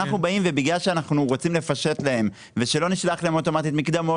בגלל שאנחנו רוצים לפשט להם ושלא נשלח להם אוטומטית מקדמות,